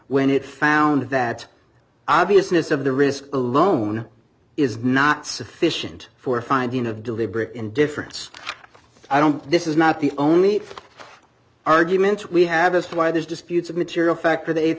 when it found that obviousness of the risk alone is not sufficient for a finding of deliberate indifference i don't this is not the only arguments we have as to why there's disputes of material fact or the